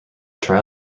trial